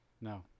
No